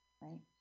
right